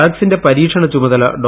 വാക്സിന്റെ പരീക്ഷണ ചുമതല ഡോ